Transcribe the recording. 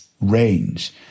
range